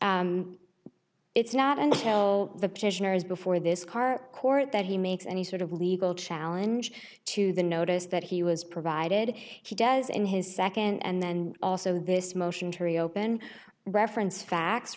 it's not until the petitioners before this car court that he makes any sort of legal challenge to the notice that he was provided he does in his second and then also this motion to reopen reference facts